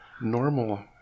Normal